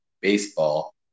Baseball